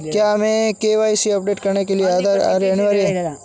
क्या KYC update करने के लिए आधार कार्ड अनिवार्य है?